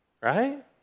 right